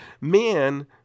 man